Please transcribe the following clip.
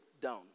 down